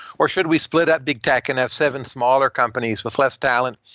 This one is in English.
or should we split that big tech and have seven smaller companies with less talent,